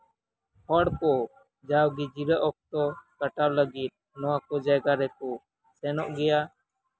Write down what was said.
ᱦᱚᱲ ᱠᱚ ᱡᱟᱣᱜᱤ ᱡᱤᱨᱟᱹᱜ ᱚᱠᱛᱚ ᱵᱤᱛᱟᱹᱣ ᱞᱟᱹᱜᱤᱫ ᱱᱚᱣᱟ ᱠᱚ ᱡᱟᱭᱜᱟ ᱨᱮᱠᱩ ᱥᱮᱱᱚᱜ ᱜᱮᱭᱟ